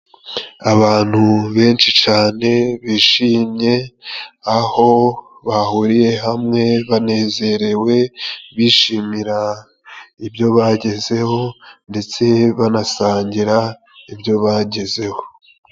Abantu benshi cane bishimye aho bahuriye hamwe banezerewe bishimira ibyo bagezeho ndetse banasangira ibyo bagezeho.